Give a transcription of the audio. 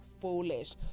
foolish